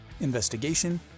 investigation